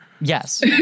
Yes